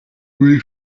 muri